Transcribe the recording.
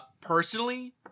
personally